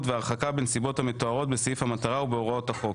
וההרחקה בנסיבות המתוארות בסעיף המטרה ובהוראות החוק.